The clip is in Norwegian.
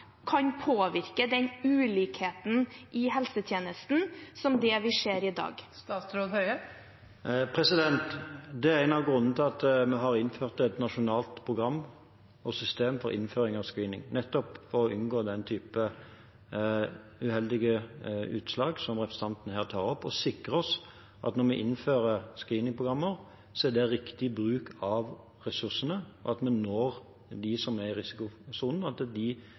kan påvirke den ulikheten i helsetjenesten som vi ser i dag? En av grunnene til at vi har innført et nasjonalt program og system for innføring av screening, er nettopp for å unngå den type uheldige utslag som representanten her tar opp, og for å sikre oss at når vi innfører screeningprogram, er det riktig bruk av ressursene, at vi når dem som er i risikosonen, at